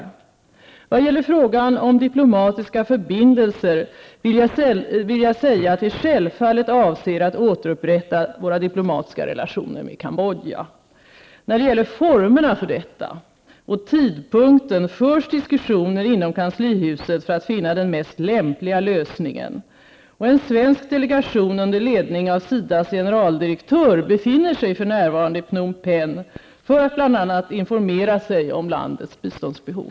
I vad gäller frågan om diplomatiska förbindelser vill jag säga att vi självfallet avser att återupprätta våra diplomatiska relationer med Cambodja. När det gäller formerna för detta och tidpunkten förs diskussioner inom kanslihuset för att finna den mest lämpliga lösningen. En svensk delegation under ledning av SIDAs generaldirektör befinner sig för närvarande i Phnom Penh för att bl.a. informera sig om landets biståndsbehov.